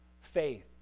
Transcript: faith